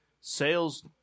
sales